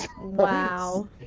wow